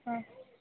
ಹಾಂ